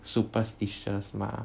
superstitious mah